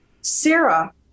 Sarah